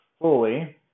fully